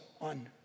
on